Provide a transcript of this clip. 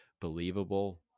believable